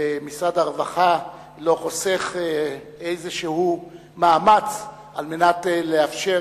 ומשרד הרווחה לא חוסך מאמץ על מנת לאפשר